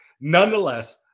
Nonetheless